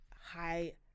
high